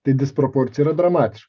tai disproporcija yra dramatiška